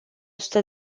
sută